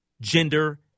gender